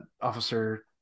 officer